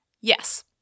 Yes